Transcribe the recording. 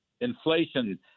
inflation